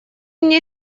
мне